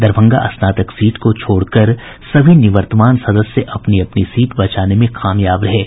दरभंगा स्नातक सीट को छोड़कर सभी निवर्तमान सदस्य अपनी अपनी सीट बचाने में कामयाब रहे हैं